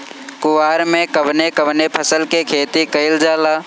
कुवार में कवने कवने फसल के खेती कयिल जाला?